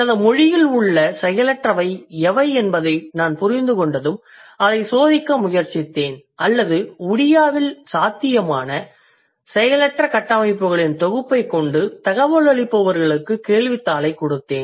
எனது மொழியில் உள்ள செயலற்றவை எவை என்பதை நான் புரிந்துகொண்டதும் அதைச் சோதிக்க முயற்சித்தேன் அல்லது ஒடியாவில் சாத்தியமான செயலற்ற கட்டமைப்புகளின் தொகுப்பைக் கொண்டு தகவலளிப்பவர்களுக்கு கேள்வித்தாளைக் கொடுத்தேன்